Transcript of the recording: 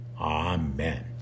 Amen